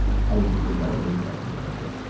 how did you figure out what yours was, and what is it?